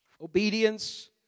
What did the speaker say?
obedience